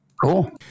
Cool